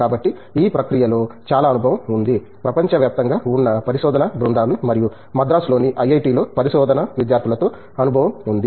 కాబట్టి ఈ ప్రక్రియలో చాలా అనుభవం ఉంది ప్రపంచవ్యాప్తంగా ఉన్న పరిశోధనా బృందాలు మరియు మద్రాసులోని ఐఐటిలో పరిశోధనా విద్యార్థులతో అనుభవం ఉంది